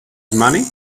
money